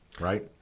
right